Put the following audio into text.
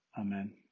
Amen